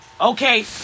Okay